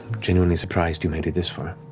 genuinely surprised you made it this far.